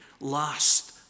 last